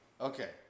Okay